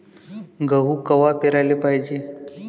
गहू कवा पेराले पायजे?